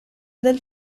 del